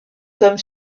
comme